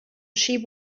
sheep